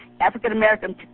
African-American